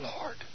Lord